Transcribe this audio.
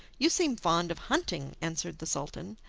you seem fond of hunting, answered the sultan.